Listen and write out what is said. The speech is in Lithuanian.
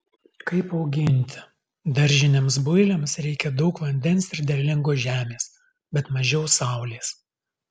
kaip auginti daržiniams builiams reikia daug vandens ir derlingos žemės bet mažiau saulės